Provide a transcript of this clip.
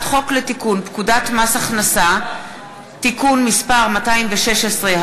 חוק לתיקון פקודת מס הכנסה (מס' 216),